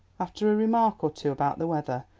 after a remark or two about the weather,